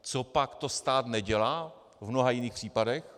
Copak to stát nedělá v mnoha jiných případech?